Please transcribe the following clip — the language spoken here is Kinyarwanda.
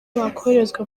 bakoherezwa